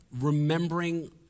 remembering